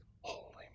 Holy